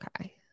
Okay